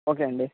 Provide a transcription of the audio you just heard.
okay అండి